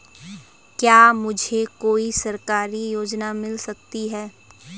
क्या मुझे कोई सरकारी योजना मिल सकती है?